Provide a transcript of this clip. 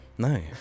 No